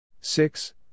Six